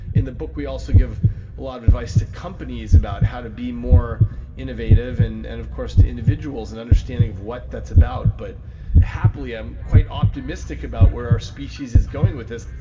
in the book we also give a lot of advice to companies about how to be more innovative and and of course to individuals an and understanding of what that's about. but happily i'm quite optimistic about where our species is going with this.